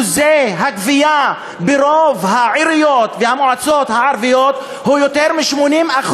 שיעור הגבייה ברוב העיריות והמועצות הערביות הוא יותר מ-80%.